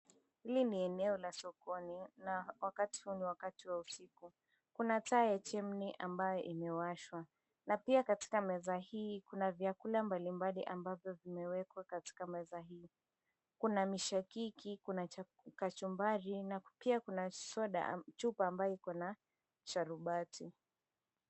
Hili ni eneo la sokoni, na wakati huu ni wakati wa usiku. Kuna taa ya chimney ambayo imewashwa, na pia katika meza hii kuna vyakula mbali mbali ambavyo vimewekwa katika meza hii. Kuna mishikaki, kuna kachumbari, na pia kuna chupa ambayo ikona sharubati.